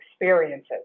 experiences